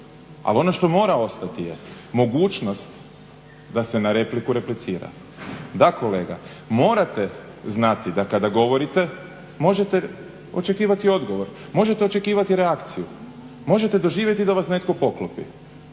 Ali ono što mora ostati je mogućnost da se na repliku replicira. Da kolega, morate znati da kada govorite možete očekivati odgovor, možete očekivati reakciju, možete doživjeti da vas netko poklopi.